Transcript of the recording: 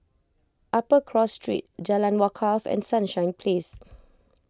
Upper Cross Street Jalan Wakaff and Sunshine Place